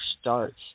starts